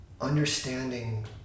understanding